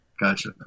Gotcha